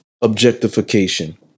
objectification